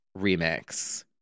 remix